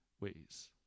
ways